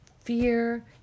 fear